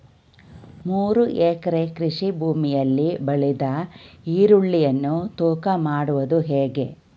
ಮೂರು ಎಕರೆ ಕೃಷಿ ಭೂಮಿಯಲ್ಲಿ ಬೆಳೆದ ಈರುಳ್ಳಿಯನ್ನು ತೂಕ ಮಾಡುವುದು ಹೇಗೆ?